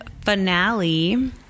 finale